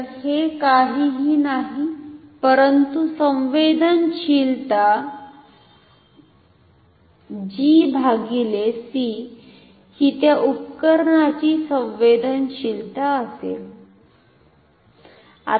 तर हे काहीही नाही परंतु संवेदनशीलता G भागिले c हि त्या उपकरणाची संवेदनशीलता असेल